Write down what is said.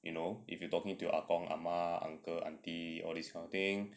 you know if you talking to your ah gong ah ma uncle aunty all this kind of thing